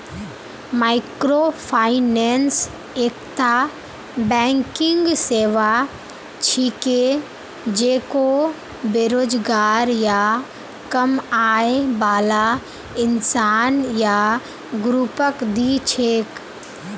microfinance एकता banking सेवा छिके जेको बेरोजगार या कम आय बाला इंसान या ग्रुपक दी छेक